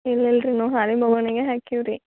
ಇಲ್ಲ ಇಲ್ರಿ ನಾವು ಹಾಲಿನ ಬೊಗಣಿಗೆ ಹಾಕೀವಿ ರೀ